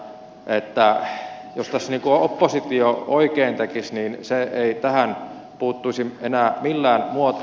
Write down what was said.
jos tässä oppositio oikein tekisi niin se ei tähän puuttuisi enää millään muotoa